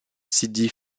sidi